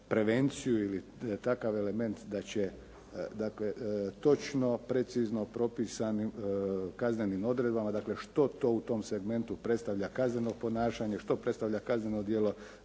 prevenciju ili takav element da će, dakle točno precizno propisanim kaznenim odredbama, dakle što to u tom segmentu predstavlja kazneno ponašanje, što predstavlja kazneno djelo,